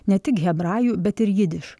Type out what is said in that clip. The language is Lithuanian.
ne tik hebrajų bet ir jidiš